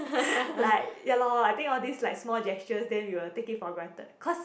like ya lor I think all these like small gestures then we will take it for granted cause